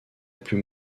plus